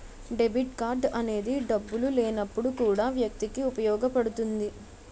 debit card అనేది డబ్బులు లేనప్పుడు కూడా వ్యక్తికి ఉపయోగపడుతుంది